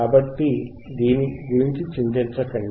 కాబట్టి దీని గురించి చింతించకండి